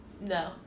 No